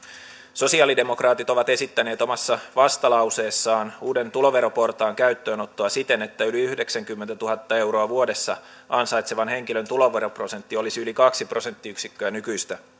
sosialidemokraatit ovat esittäneet omassa vastalauseessaan uuden tuloveroportaan käyttöönottoa siten että yli yhdeksänkymmentätuhatta euroa vuodessa ansaitsevan henkilön tuloveroprosentti olisi yli kaksi prosenttiyksikköä nykyistä